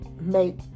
make